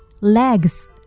Legs